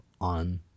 on